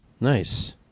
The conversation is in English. Nice